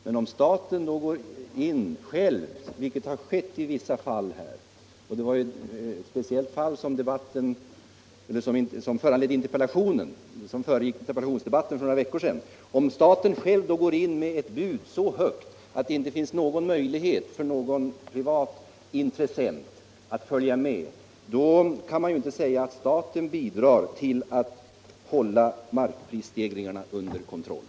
Men om staten då själv går in — det har ju skett i vissa fall, och det var ett speciellt sådant som föranledde interpellationsdebatten för några veckor sedan —- med ett så högt bud att det inte finns möjlighet för någon privat intressent att följa med, så kan man inte säga att staten bidrar till att hålla markprisstegringarna under kontroll.